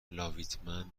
لاویتمن